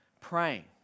praying